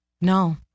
No